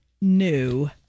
New